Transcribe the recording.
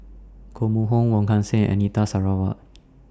Koh Mun Hong Wong Kan Seng Anita Sarawak